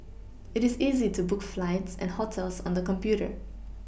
it is easy to book flights and hotels on the computer